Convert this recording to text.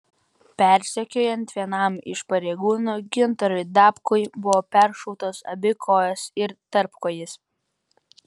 persekiojant vienam iš pareigūnų gintarui dabkui buvo peršautos abi kojos ir tarpkojis